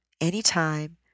anytime